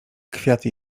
kwiaty